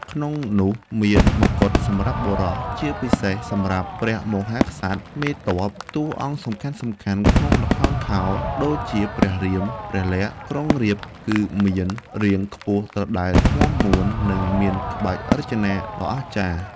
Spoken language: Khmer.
នៅក្នុងនោះមានមកុដសម្រាប់បុរស ជាពិសេសសម្រាប់ ព្រះមហាក្សត្រ មេទ័ព ឬតួអង្គសំខាន់ៗក្នុងល្ខោនខោល ដូចជាព្រះរាម ព្រះលក្ខណ៍ ក្រុងរាពណ៍គឺមាន រាងខ្ពស់ត្រដែត មាំមួន និងមានក្បាច់រចនាដ៏អស្ចារ្យ។